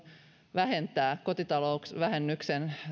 vähentää kotitalousvähennyksen